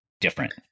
different